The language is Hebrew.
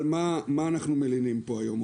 אבל, על מה אנחנו מלינים פה היום?